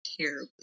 terribly